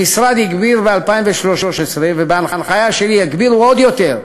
המשרד הגביר ב-2013, ובהנחיה שלי הגבירו עוד יותר,